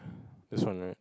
this one right